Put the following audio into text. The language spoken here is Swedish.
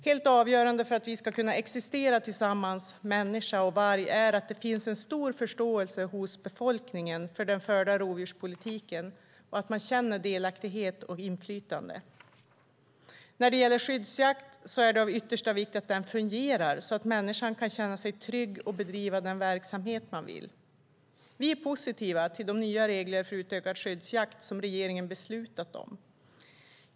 Helt avgörande för att vi ska kunna existera tillsammans människa och varg är att det finns en stor förståelse hos befolkningen för den förda rovdjurspolitiken och att man känner delaktighet och inflytande. När det gäller skyddsjakt är det av yttersta vikt att den fungerar, så att människor kan känna sig trygga och bedriva den verksamhet man vill. Vi är positiva till de nya regler för utökad skyddsjakt som regeringen beslutat om.